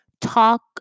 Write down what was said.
talk